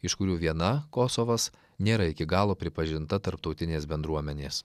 iš kurių viena kosovas nėra iki galo pripažinta tarptautinės bendruomenės